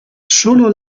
solo